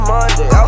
Monday